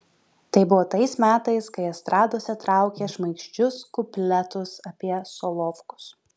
tai buvo tais metais kai estradose traukė šmaikščius kupletus apie solovkus